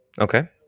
Okay